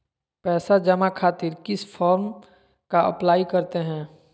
पैसा जमा खातिर किस फॉर्म का अप्लाई करते हैं?